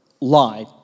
lie